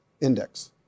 index